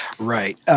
Right